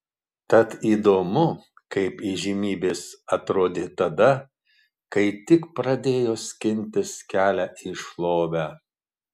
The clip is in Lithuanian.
tad įdomu kaip įžymybės atrodė tada kai tik pradėjo skintis kelią į šlovę